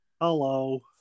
Hello